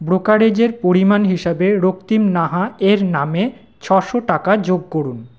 ব্রোকারেজের পরিমাণ হিসেবে রক্তিম নাহা এর নামে ছশো টাকা যোগ করুন